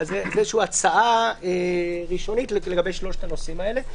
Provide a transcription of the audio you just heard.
זה הצעה ראשונית לגבי שלושת הנושאים האלה.